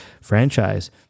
franchise